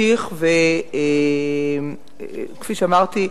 כפי שאמרתי,